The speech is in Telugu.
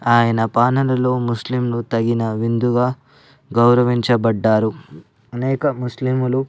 ఆయన పాలనలో ముస్లింలు తగిన విధంగా గౌరవించబడ్డారు అనేక ముస్లిములు